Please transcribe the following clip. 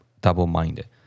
double-minded